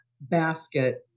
basket